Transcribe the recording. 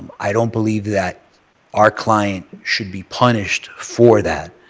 i don't believe that our client should be punished for that.